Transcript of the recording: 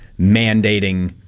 mandating